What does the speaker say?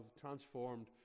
transformed